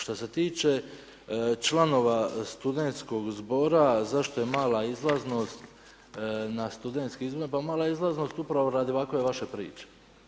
Što se tiče članova studentskog zbora zašto je mala izlaznost na studentskim izborima, pa mala izlaznost je upravo radi ovakve vaše priče.